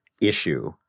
issue